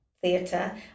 theatre